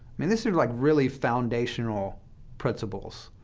i mean, this is like really foundational principles